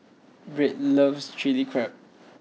Birt loves Chilli Crab